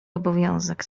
obowiązek